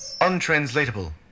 untranslatable